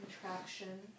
contraction